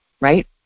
right